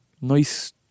Nice